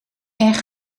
erg